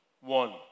one